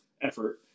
effort